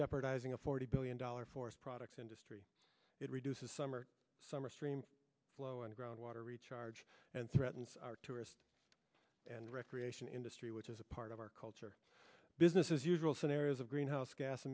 jeopardizing a forty billion dollar forest products industry it reduces summer summer stream flow and groundwater recharge and threatens our tourist and recreation industry which is a part of our culture business as usual scenarios of greenhouse gas